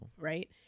right